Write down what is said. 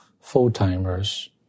full-timers